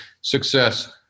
success